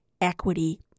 equity